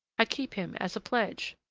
i keep him as a pledge.